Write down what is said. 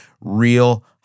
real